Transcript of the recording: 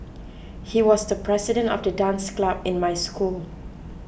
he was the president of the dance club in my school